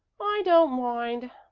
i don't mind,